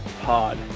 Pod